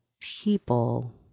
people